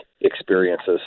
experiences